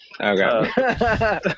Okay